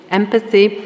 empathy